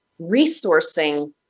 resourcing